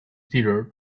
theater